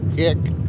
hick.